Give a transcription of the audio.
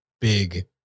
big